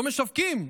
לא משווקים,